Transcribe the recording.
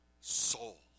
soul